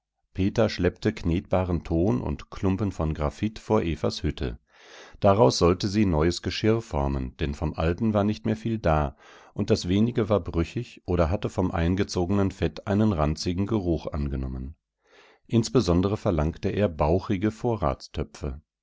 peter schleppte knetbaren ton und klumpen von graphit vor evas hütte daraus sollte sie neues geschirr formen denn vom alten war nicht mehr viel da und das wenige war brüchig oder hatte vom eingezogenen fett einen ranzigen geruch angenommen insbesondere verlangte er bauchige vorratstöpfe